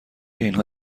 اینها